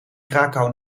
krakau